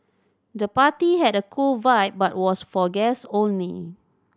the party had a cool vibe but was for guests only